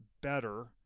better